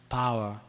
power